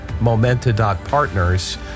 momenta.partners